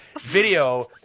video